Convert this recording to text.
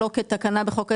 לא כתקנה בחוק ההסדרים,